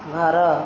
ଘର